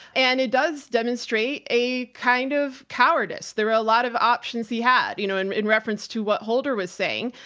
and it does demonstrate a kind of cowardice. there are a lot of options he had, had, you know, in in reference to what holder was saying,